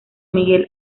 miguel